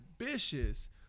ambitious